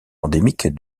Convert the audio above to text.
endémique